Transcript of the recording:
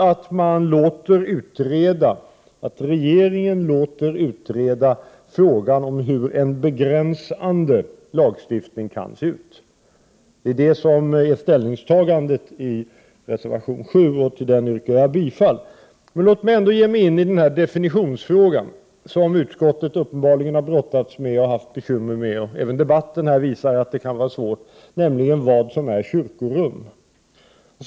Det är viktigt att regeringen låter utreda hur en begränsande lagstiftning kan se ut. Detta är ställningstagandet i reservation 7, och jag yrkar bifall till denna. Låt mig gå in på den definitionsfråga som utskottet uppenbarligen har brottats med och haft bekymmer med, nämligen vad som är kyrkorum. Även debatten visar att den här frågan kan vara svår.